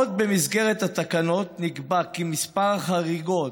עוד במסגרת התקנות נקבע כי מספר החריגות